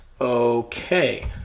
Okay